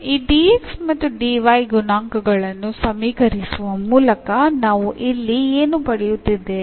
ಈ dx ಮತ್ತು dy ಗುಣಾಂಕಗಳನ್ನು ಸಮೀಕರಿಸುವ ಮೂಲಕ ನಾವು ಇಲ್ಲಿ ಏನು ಪಡೆಯುತ್ತಿದ್ದೇವೆ